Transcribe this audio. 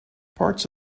parts